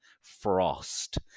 Frost